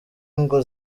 ngo